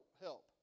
help